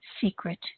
secret